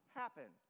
happen